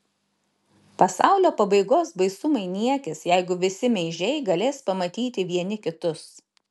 pasaulio pabaigos baisumai niekis jeigu visi meižiai galės pamatyti vieni kitus